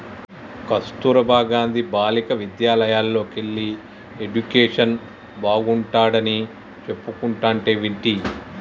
కస్తుర్బా గాంధీ బాలికా విద్యాలయల్లోకెల్లి ఎడ్యుకేషన్ బాగుంటాడని చెప్పుకుంటంటే వింటి